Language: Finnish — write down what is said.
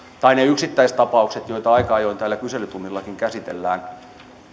tai ne yksittäistapaukset joita aika ajoin täällä kyselytunnillakin käsitellään